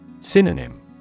Synonym